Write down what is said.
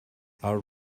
our